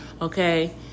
okay